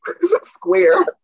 square